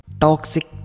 Toxic